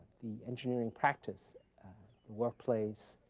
the engineering practice, the workplace,